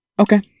Okay